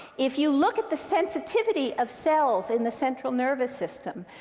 if you look at the sensitivity of cells in the central nervous system,